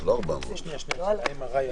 לא התקבלה.